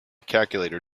calculator